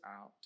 out